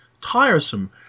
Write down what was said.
tiresome